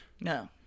No